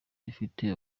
rifite